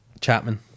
Chapman